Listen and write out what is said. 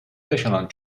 yaşanan